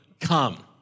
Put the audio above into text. Come